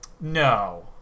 No